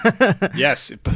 Yes